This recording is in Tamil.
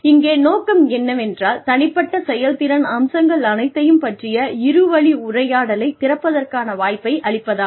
இங்கே நோக்கம் என்னவென்றால் தனிப்பட்ட செயல்திறன் அம்சங்கள் அனைத்தையும் பற்றிய இரு வழி உரையாடலைத் திறப்பதற்கான வாய்ப்பை அளிப்பதாகும்